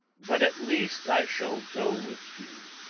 but at least i shall go with you